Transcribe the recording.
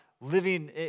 living